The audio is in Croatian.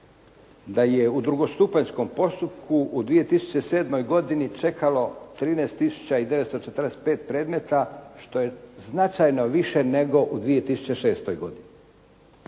da je u drugostupanjskom postupku u 2007. godini čekalo 13945 predmeta što je značajno više nego u 2006. godini.